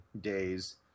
days